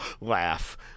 laugh